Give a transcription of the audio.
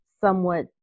somewhat